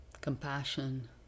compassion